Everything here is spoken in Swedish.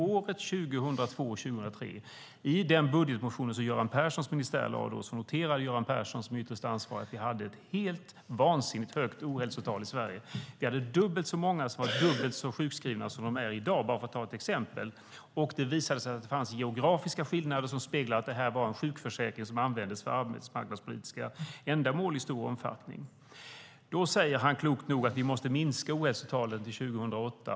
Åren 2002-2003 noterade Göran Persson som ytterst ansvarig i den budgetmotion som hans ministär då lade fram att vi hade ett helt vansinnigt högt ohälsotal i Sverige. Vi hade dubbelt så många som var dubbelt så mycket sjukskrivna som de är i dag, bara för att ta ett exempel. Det visade sig att det fanns geografiska skillnader som speglade att detta var en sjukförsäkring som i stor omfattning användes för arbetsmarknadspolitiska ändamål. Göran Persson sade då, klokt nog, att vi måste minska ohälsotalen till 2008.